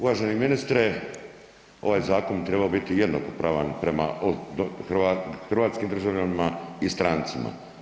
Uvaženi ministre, ovaj zakon bi trebao biti jednakopravan prema hrvatskim državljanima i strancima.